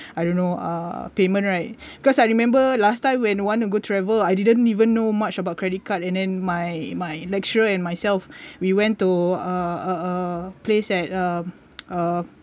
I don't know uh payment right because I remember last time when want to go travel I didn't even know much about credit card and then my my lecturer and myself we went to(uh) place at uh